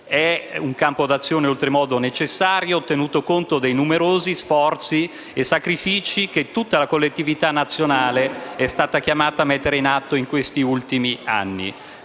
di un campo d'azione oltremodo necessario, tenuto conto dei numerosi sforzi e sacrifici che tutta la collettività nazionale è stata chiamata a mettere in atto negli ultimi anni.